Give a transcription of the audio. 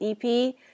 EP